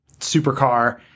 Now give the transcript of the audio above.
supercar